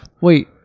Wait